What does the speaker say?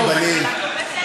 וכמובן,